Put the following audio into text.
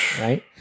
right